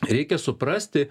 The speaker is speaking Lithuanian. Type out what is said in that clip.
reikia suprasti